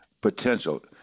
potential